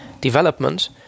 development